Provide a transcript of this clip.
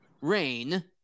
rain